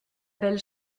belle